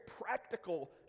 practical